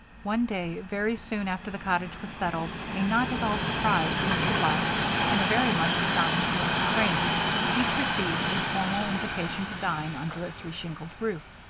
one day, very soon after the cottage was settled, a not-at-all-surprised mr. black and a very-much-astonished mrs. crane each received a formal invitation to dine under its reshingled roof.